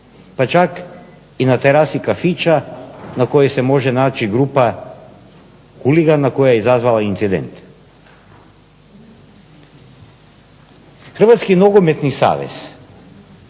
Pa čak i na terasi kafića na kojoj se može naći grupa huligana koja je izazvala incident. Hrvatski nogometni savez